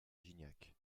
gignac